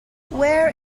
where